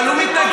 אבל הוא מתנגד.